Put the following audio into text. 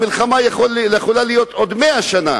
המלחמה יכולה להיות עוד 100 שנה,